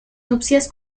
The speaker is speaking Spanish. nupcias